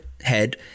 Head